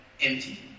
empty